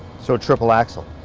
so triple axle.